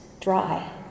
dry